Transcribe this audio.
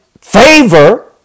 favor